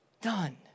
Done